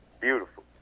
beautiful